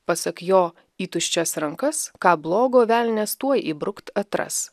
pasak jo į tuščias rankas ką blogo velnias tuoj įbrukt atras